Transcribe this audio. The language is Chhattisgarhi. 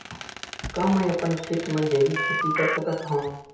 का मैं अपन खेत म जैविक खेती कर सकत हंव?